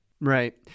Right